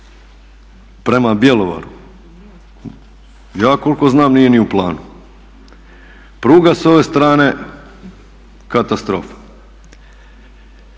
prema Bjelovaru ja koliko znam nije ni u planu. Pruga s ove strane katastrofa.